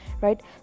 right